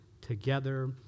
together